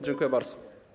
Dziękuję bardzo.